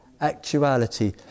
actuality